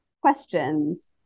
questions